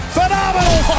Phenomenal